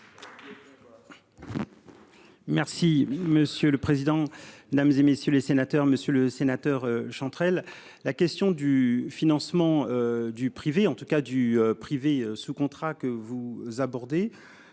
Merci monsieur le président, Mesdames, et messieurs les sénateurs, Monsieur le Sénateur Chantrel. La question du financement du privé. En tout cas du privé sous contrat que vous abordez.